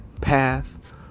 Path